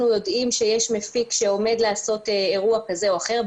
יודעים שיש מפיק שעומד לעשות אירוע כזה או אחר,